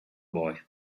boy